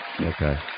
Okay